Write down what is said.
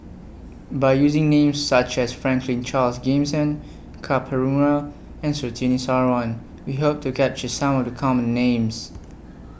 By using Names such as Franklin Charles Gimson Ka Perumal and Surtini Sarwan We Hope to capture Some of The Common Names